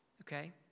Okay